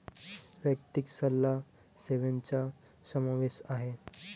वैयक्तिक सल्ला सेवेचा समावेश आहे